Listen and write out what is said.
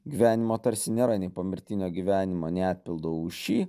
gyvenimo tarsi nėra nei pomirtinio gyvenimo nei atpildo už šį